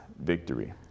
victory